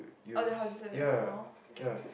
all the houses are very small okay